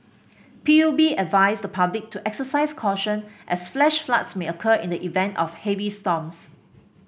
P U B advised the public to exercise caution as flash floods may occur in the event of heavy storms